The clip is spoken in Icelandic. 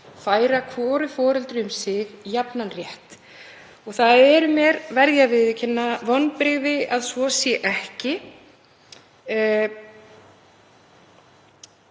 færa hvoru foreldri um sig jafnan rétt. Það eru mér, verð ég að viðurkenna, vonbrigði að svo sé ekki.